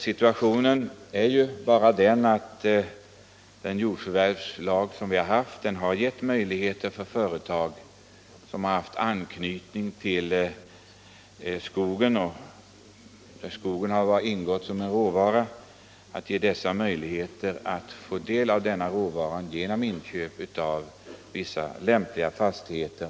Situationen är helt enkelt den att jordförvärvslagen har givit möjligheter för företag med anknytning till skogen att få tillgång till den erforderliga råvaran genom inköp av vissa lämpliga fastigheter.